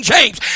James